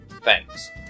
Thanks